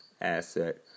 asset